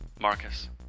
Marcus